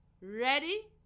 Ready